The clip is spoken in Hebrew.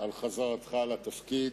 על חזרתך לתפקיד.